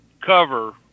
cover